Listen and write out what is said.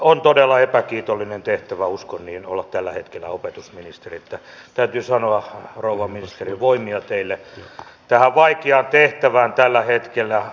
on todella epäkiitollinen tehtävä uskon niin olla tällä hetkellä opetusministeri niin että täytyy sanoa rouva ministeri voimia teille tähän vaikeaan tehtävään tällä hetkellä